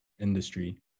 industry